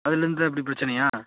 அதிலருந்துதான் இப்படி பிரச்சனையா